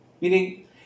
meaning